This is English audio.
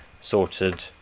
sorted